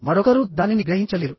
మరొకరు దానిని గ్రహించలేరు